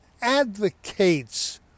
advocates